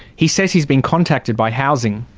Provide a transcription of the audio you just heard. he says he's been contacted by housing.